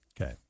Okay